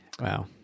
wow